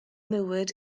mywyd